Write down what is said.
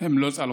לא הצליחו.